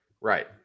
Right